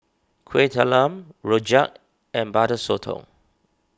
Kuih Talam Rojak and Butter Sotong